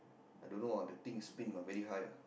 I don't know ah the thing spin but very high ah